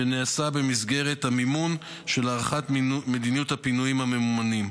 שנעשה במסגרת המימון של הארכת מדיניות הפינויים הממומנים,